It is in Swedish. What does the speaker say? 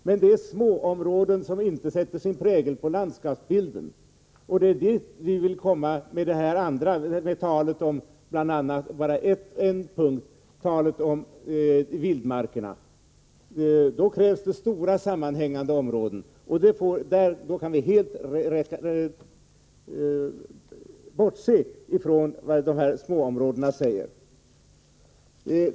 Men det är alltså småområden, som inte sätter sin prägel på landskapsbilden — och det är dit vi vill komma med talet om vildmarkerna. Då krävs det stora sammanhängande områden, och då kan vi helt bortse från småområdena.